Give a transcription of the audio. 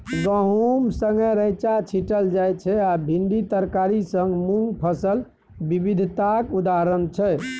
गहुम संगै रैंचा छीटल जाइ छै आ भिंडी तरकारी संग मुँग फसल बिबिधताक उदाहरण छै